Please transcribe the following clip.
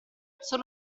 solo